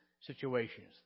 situations